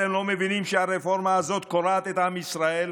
אתם לא מבינים שהרפורמה הזאת קורעת את עם ישראל?